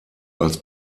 als